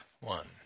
one